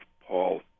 Paul